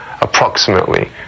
approximately